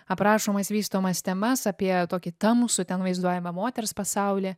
aprašomas vystomas temas apie tokį tamsų ten vaizduojamą moters pasaulį